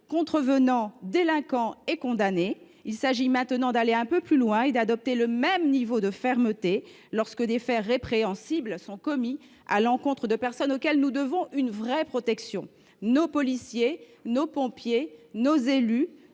contrevenants, délinquants et condamnés. Le présent sous amendement vise à adopter le même niveau de fermeté lorsque des faits répréhensibles sont commis à l’encontre de personnes auxquelles nous devons une véritable protection : nos policiers, nos pompiers, nos élus,